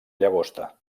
llagosta